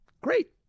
Great